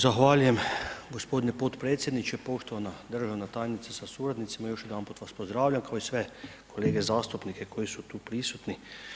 Zahvaljujem g. potpredsjedniče, poštovana državna tajnice sa suradnicima, još jednom vas pozdravljam kao i sve kolege zastupnike koji su tu prisutni.